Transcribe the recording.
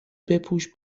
بپوش